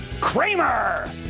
Kramer